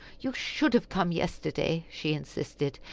you should have come yesterday, she insisted.